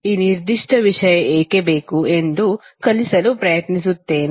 ಈ ನಿರ್ದಿಷ್ಟ ವಿಷಯ ಏಕೆ ಬೇಕು ಎಂದು ಕಲಿಸಲು ಪ್ರಯತ್ನಿಸುತ್ತೇನೆ